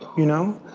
you know.